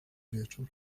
wieczór